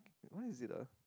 why is it ah